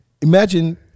imagine